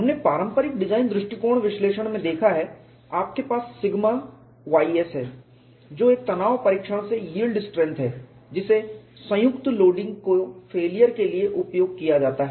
हमने पारंपरिक डिजाइन विश्लेषण में देखा है आपके पास सिग्मा ys है जो एक तनाव परीक्षण से यील्ड स्ट्रेंथ है जिसे संयुक्त लोडिंग की फेलियर के लिए उपयोग किया जाता है